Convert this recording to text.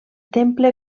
temple